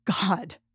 God